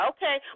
Okay